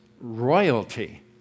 royalty